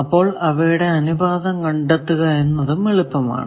അപ്പോൾ അവയുടെ അനുപാതം കണ്ടെത്തുക എന്നതും എളുപ്പമാണ്